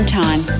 time